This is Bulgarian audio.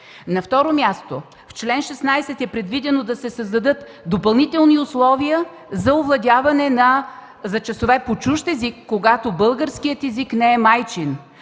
На второ място, в чл. 16 е предвидено да се създадат допълнителни условия за часове, за овладяване на чужд език, когато българският език не е майчин.